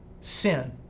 Sin